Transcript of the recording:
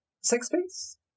Six-piece